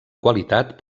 qualitat